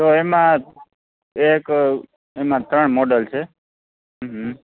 તો એમાં એક એમાં ત્રણ મોડલ છે હા હા